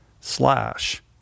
slash